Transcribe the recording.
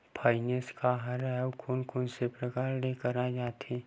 Finance का हरय आऊ कोन कोन प्रकार ले कराये जाथे?